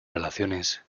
relaciones